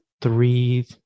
three